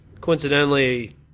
coincidentally